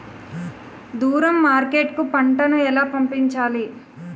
దూరం మార్కెట్ కు పంట ను ఎలా పంపించాలి?